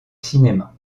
cinéma